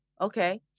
okay